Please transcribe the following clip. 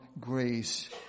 grace